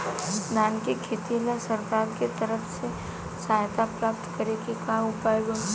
धान के खेती ला सरकार के तरफ से सहायता प्राप्त करें के का उपाय बा?